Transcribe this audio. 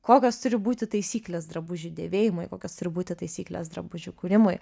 kokios turi būti taisyklės drabužių dėvėjimui kokios turi būti taisyklės drabužių kūrimui